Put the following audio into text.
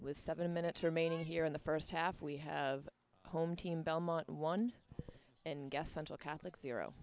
with seven minutes remaining here in the first half we have home team belmont one and guess central catholic zero